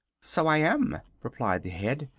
so i am, replied the head.